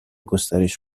گسترش